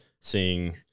seeing